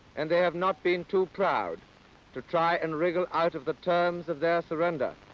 and they have not been too proud to try and wriggle out of the terms of their surrender.